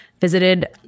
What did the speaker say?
Visited